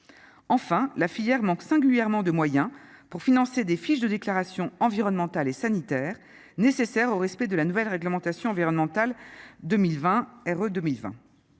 enfin la filière manque singulièrement de moyens pour financer des fiches de déclarations environnementales et sanitaires nécessaires au respect de la nouvelle réglementation environnementale 2020 R E 2020,